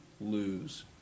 lose